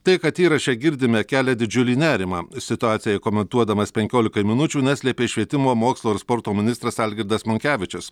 tai kad įraše girdime kelia didžiulį nerimą situaciją komentuodamas penkiolikai minučių neslėpė švietimo mokslo ir sporto ministras algirdas monkevičius